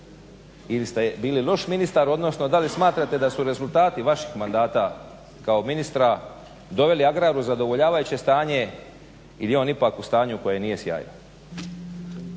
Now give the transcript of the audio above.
ili ste bili loš ministar, odnosno da li smatrate da su rezultati vaših mandata kao ministra doveli agrar u zadovoljavajuće stanje ili je on ipak u stanju koje nije sjajno.